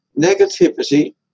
Negativity